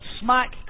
smack